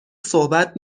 صحبت